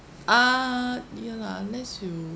uh ya lah unless you